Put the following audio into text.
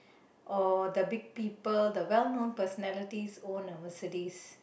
or the big people the well known personalities own a Mercedes